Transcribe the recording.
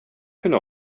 kunna